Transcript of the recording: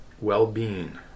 well-being